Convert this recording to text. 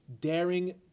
daring